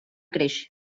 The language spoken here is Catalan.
creix